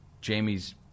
Jamie's